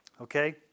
Okay